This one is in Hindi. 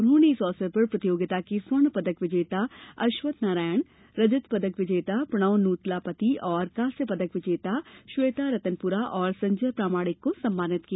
उन्होंने इस अवसर पर प्रतियोगिता के स्वर्ण पदक विजेता अश्वथ नारायण रजत पदक विजेता प्रणव नूतलापती और कांस्य पदक विजेता श्वेता रतनपुरा और संजय प्रमाणिक को सम्मानित किया